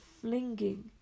flinging